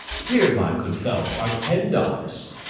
here, my good fellow, are ten dollars.